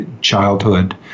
childhood